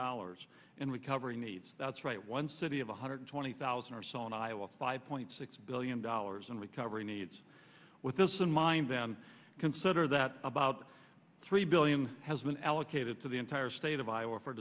dollars in recovery needs that's right one city of one hundred twenty thousand or so in iowa five point six billion dollars in recovery needs with this in mind then consider that about three billion has been allocated to the entire state of iowa for